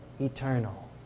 eternal